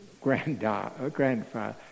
grandfather